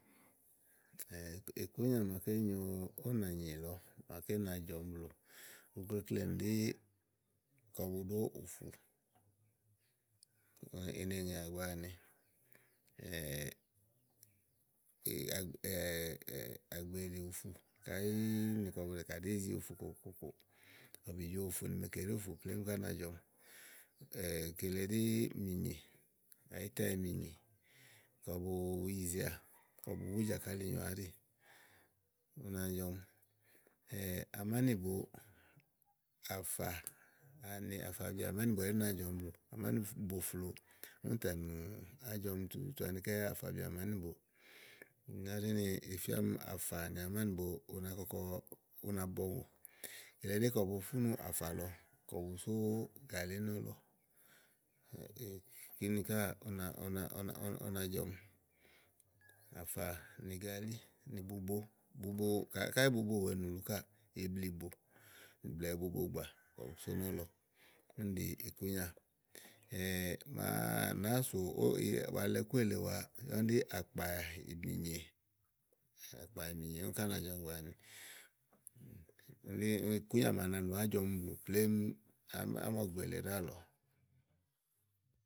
ikúnyà màaké nyo ówò nànyì lɔ màaké ú na jɔ̀ɔmi blù, ukleklenì ɖí kɔ bu ɖó ùfù, i ne ŋèà gbàa àni agbeɖì ùfù káyì ni kɔ bu una kà ɖí izi ùfù kòkòkò. ɔ̀bìjoùfù nì mèkèɖì ùfù plémú ká na jɔ̀ɔmi, kile ɖí mìnyè, àyíta yì mìnyè kɔ bu yizeà kɔbu wú jàkálì nyoà áɖì u na jɔ̀ɔmi amáníbo, àfà, aní àfabi àmánìbo ɛɖí na jɔ̀ɔmiblù amánìbo flòo únì tà nù ájɔɔmì tutu tu anikɛ́ à àfabi àmáníboò, nìlɔ ɖí nì ì fía ɔmi àfà nì amánìbo una kɔkɔ, una bɔùŋò, kile ɖí kɔ bu fúnú àfà lɔ kɔ busò gàlí nɔlɔ, kìnì káà una una una una jɔ̀ɔmi àfà nì gàlí nì bubo, bubo kayi káyí bubo wèe nùlu káà ibliìbo blɛ̀ɛ bubo abà so nɔ̀lɔ úni ɖí ikúnyà màa nàá sò oiyè alɛ kú èle wa úni ɖí àkpà mìnyè, àkpà mìnyè lɔ ká na jɔ̀ɔmi gbàa àni. úle ikúnyà màa nà nù ájɔɔmi blu plémú ánɔ̀gbè lèe ɖáàlɔ.